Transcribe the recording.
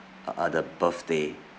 uh uh the birthday